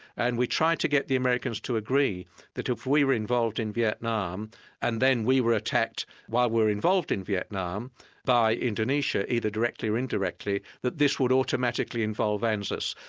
and we tried to get the americans to agree that if we were involved in vietnam and then we were attacked while we were involved in vietnam by indonesia, either directly or indirectly, that this would automatically involve anzus.